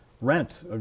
rent